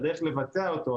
הדרך לבצע אותו,